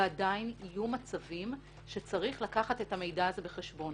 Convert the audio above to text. ועדיין יהיו מצבים שצריך יהיה לקחת את המידע הזה בחשבון